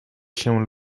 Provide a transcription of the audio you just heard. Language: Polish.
się